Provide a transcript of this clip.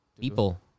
People